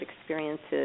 experiences